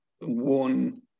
one